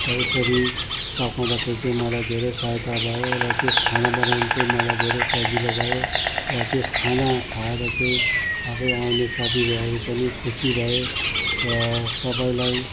र यसरी पकाउँदाखेरि चाहिँ मलाई धेरै सहायता भयो र त्यस खाना बनाउनु चाहिँ मलाई धेरै सजिलो भयो र त्यस खाना खाएर चाहिँ सबै आउने साथी भाइहरू पनि खुसी भए र सबैलाई